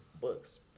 books